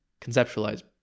conceptualize